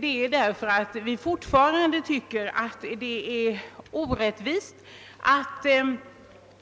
Vi tycker nämligen fortfarande att det är orättvist att